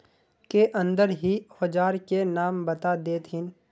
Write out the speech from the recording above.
के अंदर ही औजार के नाम बता देतहिन?